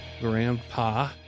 grandpa